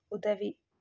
உதவி